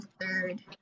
third